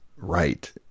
right